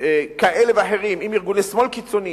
כאלה ואחרים עם ארגוני שמאל קיצוני,